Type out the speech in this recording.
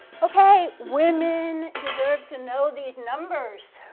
okay, women deserve to know these numbers.